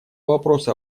вопросу